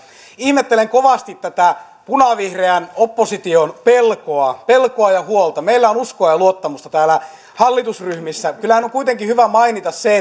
ihmettelen kovasti tätä punavihreän opposition pelkoa pelkoa ja huolta meillä on uskoa ja luottamusta täällä hallitusryhmissä kyllähän on kuitenkin hyvä mainita se